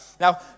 Now